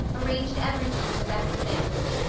arranged everything to the best advantage,